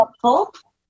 helpful